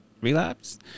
relapse